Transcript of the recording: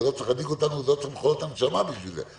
זה לא צריך להדאיג אותנו ולא צריך מכונות הנשמה בשביל זה.